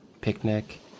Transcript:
picnic